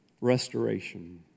restoration